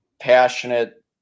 passionate